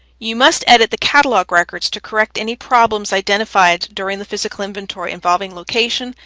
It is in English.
you must edit the catalog records to correct any problems identified during the physical inventory involving location,